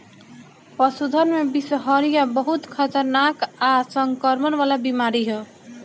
पशुधन में बिषहरिया बहुत खतरनाक आ संक्रमण वाला बीमारी ह